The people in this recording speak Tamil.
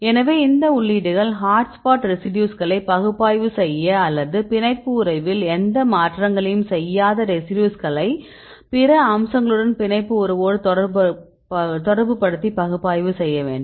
எனவே இந்த உள்ளீடுகள் ஹாட்ஸ்பாட் ரெசிடியூஸ்களை பகுப்பாய்வு செய்ய அல்லது பிணைப்பு உறவில் எந்த மாற்றங்களையும் செய்யாத ரெசிடியூஸ்களை பிற அம்சங்களுடன் பிணைப்பு உறவோடு தொடர்புபடுத்தி பகுப்பாய்வு செய்ய வேண்டும்